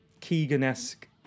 Keegan-esque